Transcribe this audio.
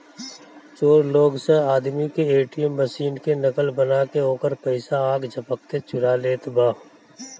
चोर लोग स आदमी के ए.टी.एम मशीन के नकल बना के ओकर पइसा आख झपकते चुरा लेत बा